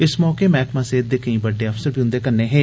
इस मौके मैह्कमा सेहत दे केई बड्डे अफसर बी उन्दे कन्ने हे